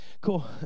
cool